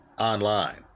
online